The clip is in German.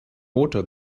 motor